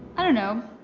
i don't know.